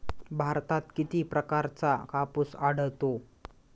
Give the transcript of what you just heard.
भारतात किती प्रकारचा कापूस आढळतो?